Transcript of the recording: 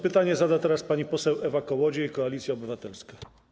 Pytanie zada teraz pani poseł Ewa Kołodziej, Koalicja Obywatelska.